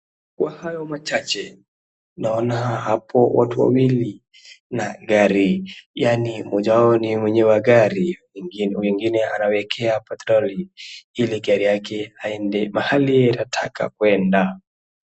Kwa hayo machache naona hapo watu wawili na gari yaaani mmoja wao ni mwenye wa gari mwingine anawekea petroli ili gari yake aende mahali anataka kwenda.